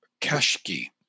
Kashki